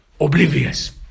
oblivious